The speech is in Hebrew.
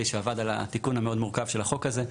שעבד על התיקון המאוד מורכב של החוק הזה,